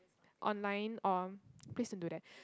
online or please don't do that